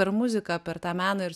per muziką per tą meną ir